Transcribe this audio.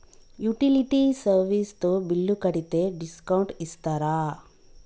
Utility service తో bill కడితే discount ఇస్తరా?